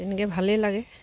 তেনেকৈ ভালেই লাগে